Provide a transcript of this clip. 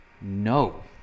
no